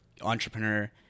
entrepreneur